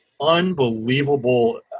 unbelievable